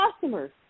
customers